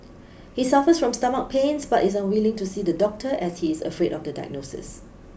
he suffers from stomach pains but is unwilling to see the doctor as he is afraid of the diagnosis